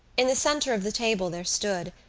in the centre of the table there stood,